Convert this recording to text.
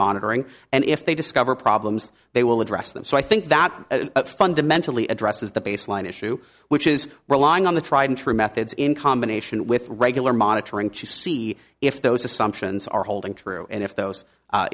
monitoring and if they discover problems they will address them so i think that fundamentally addresses the baseline issue which is relying on the tried and true methods in combination with regular monitoring to see if those assumptions are holding true and if those